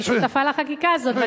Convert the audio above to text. אני שותפה לחקיקה הזאת,